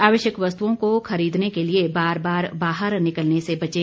आवश्यक वस्तुओं को खरीदने के लिए बार बार बाहर निकलने से बचें